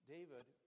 David